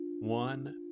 one